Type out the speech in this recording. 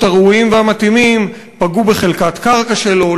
הראויים והמתאימים פגעו בחלקת קרקע שלו.